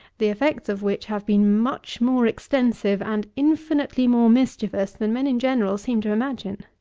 the effects of which have been much more extensive and infinitely more mischievous than men in general seem to imagine.